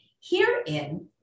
Herein